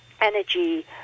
energy